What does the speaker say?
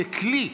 ככלי,